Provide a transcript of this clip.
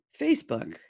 Facebook